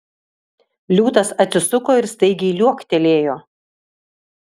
liūtas atsisuko ir staigiai liuoktelėjo